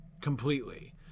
completely